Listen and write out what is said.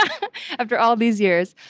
um after all these years.